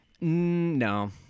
No